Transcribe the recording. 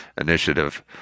initiative